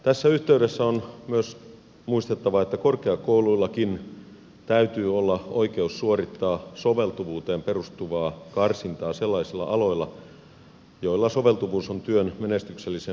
tässä yhteydessä on myös muistettava että korkeakouluillakin täytyy olla oikeus suorittaa soveltuvuuteen perustuvaa karsintaa sellaisilla aloilla joilla soveltuvuus on työn menestyksellisen hoitamisen kannalta kriittistä